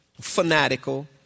fanatical